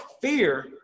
fear